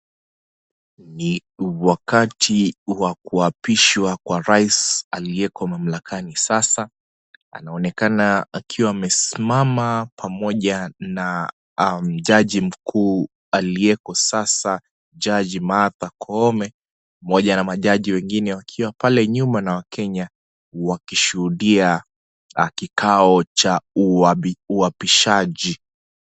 Ni wakati wa kuapishwa kwa rais aliyeko mamlakani sasa. Anaonekana akiwa amesimama pamoja na jaji mkuu aliyeko sasa, Jaji Martha Koome, pamoja na majaji wengine wakiwa pale nyuma na wakenya, wakishuhudia kikao cha uapishaji.